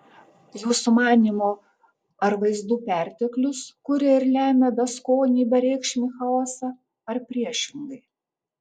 jūsų manymu ar vaizdų perteklius kuria ir lemia beskonį bereikšmį chaosą ar priešingai